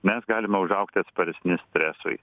mes galime užaugti atsparesni stresui